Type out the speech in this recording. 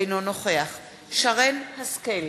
אינו נוכח שרן השכל,